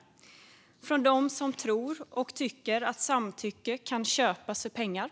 Jag talar om hoten från dem som tror och tycker att samtycke kan köpas för pengar.